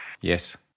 Yes